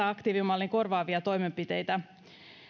aktiivimallin korvaavia toimenpiteitä